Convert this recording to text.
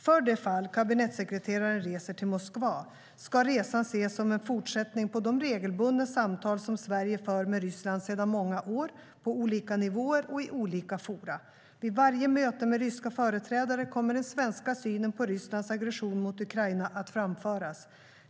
För det fall kabinettssekreteraren reser till Moskva ska resan ses som en fortsättning på de regelbundna samtal som Sverige för med Ryssland sedan många år, på olika nivåer och i olika forum. Vid varje möte med ryska företrädare kommer den svenska synen på Rysslands aggression mot Ukraina att framföras.